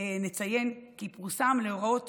נציין כי פורסם להוראות